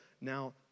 now